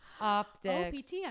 Optics